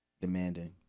demanding